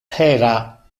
era